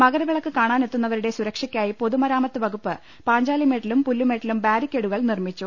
മകര വിളക്ക് കാണാനെത്തുന്നവരുടെ സുരക്ഷക്കായി പൊതുമരാമത്ത് വകുപ്പ് പാഞ്ചാലിമേട്ടിലും പുല്ലുമേട്ടിലും ബാരിക്കേഡുകൾ നിർമിച്ചു